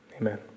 amen